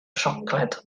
siocled